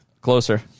Closer